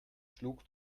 schlug